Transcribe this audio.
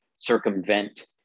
circumvent